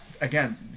again